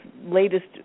latest